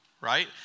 right